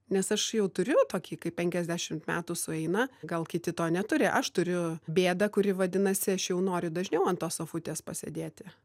nes aš jau turiu tokį kaip penkiasdešimt metų sueina gal kiti to neturi aš turiu bėdą kuri vadinasi aš jau noriu dažniau ant tos sofutės pasėdėti